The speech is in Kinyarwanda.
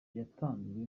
yatanzwe